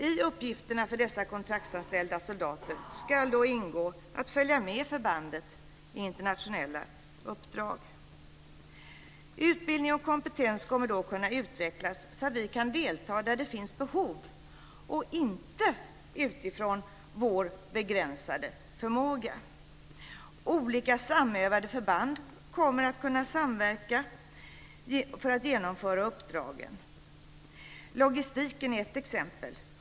I uppgifterna för dessa kontraktsanställda soldater ska då ingå att följa med förbandet i internationella uppdrag. Utbildning och kompetens kommer då att kunna utvecklas så att vi kan delta där det finns behov, och inte utifrån vår begränsade förmåga. Olika samövade förband kommer att kunna samverka för att genomföra uppdragen. Logistiken är ett exempel.